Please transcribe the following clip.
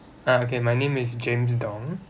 ah okay my name is james dom